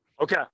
Okay